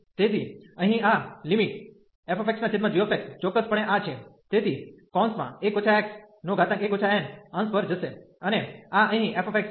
તેથી અહીં આ લિમિટ fxg ચોક્કસપણે આ છે તેથી 1 x1 n અંશ પર જશે અને આ અહીં f છે